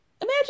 Imagine